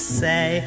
say